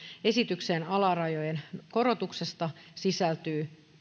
esitykseen alarajojen korotuksesta sisältyy